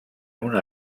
una